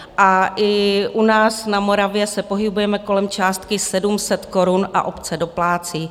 I u nás na Moravě se pohybujeme kolem částky 700 korun a obce doplácí.